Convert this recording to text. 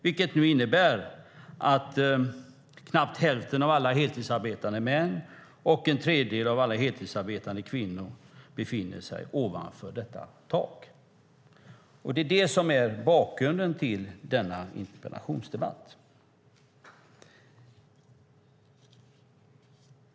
Det innebär att knappt hälften av alla heltidsarbetande män och en tredjedel av alla heltidsarbetande kvinnor nu befinner sig ovanför detta tak. Det är bakgrunden till denna interpellationsdebatt.